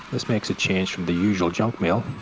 this makes a change from the usual junk mail.